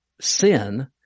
sin